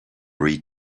read